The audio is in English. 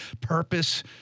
purpose